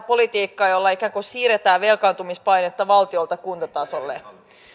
politiikkaa jolla ikään kuin siirretään velkaantumispainetta valtiolta kuntatasolle